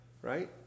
Right